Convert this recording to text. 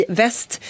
väst